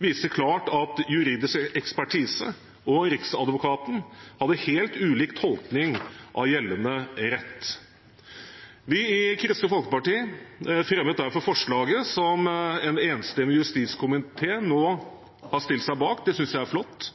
viste klart at juridisk ekspertise og Riksadvokaten hadde helt ulik tolkning av gjeldende rett. Vi i Kristelig Folkeparti fremmet derfor forslaget som en enstemmig justiskomité nå har stilt seg bak. Det synes jeg er flott.